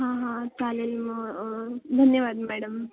हां हां चालेल मग धन्यवाद मॅडम